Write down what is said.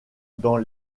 dans